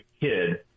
kid